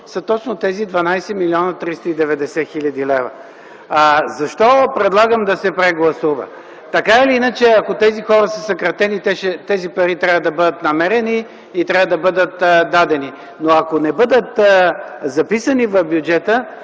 са точно тези 12 млн. 390 хил. лв. Защо предлагам да се прегласува? Така или иначе ако тези хора са съкратени, то тези пари трябва да бъдат намерени и дадени, но ако не бъдат записани в бюджета,